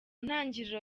ntangiriro